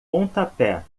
pontapé